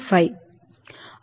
5